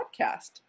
podcast